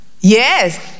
Yes